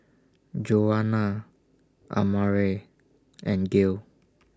Joana Amare and Gail